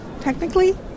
technically